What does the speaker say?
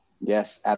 Yes